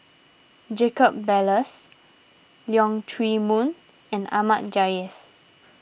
Jacob Ballas Leong Chee Mun and Ahmad Jais